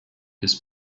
his